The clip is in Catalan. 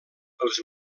els